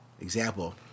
example